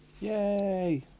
Yay